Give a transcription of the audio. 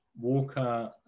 walker